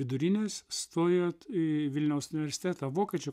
vidurinės stojot į vilniaus universitetą vokiečių